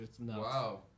Wow